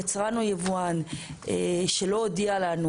יצרן או יבואן שלא הודיע לנו,